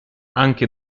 anche